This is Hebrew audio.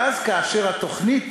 ואז, כאשר התוכנית